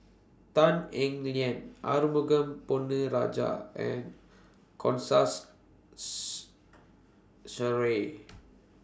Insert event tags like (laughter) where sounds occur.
Tan Eng Liang Arumugam Ponnu Rajah and (unintelligible) (noise) Sheares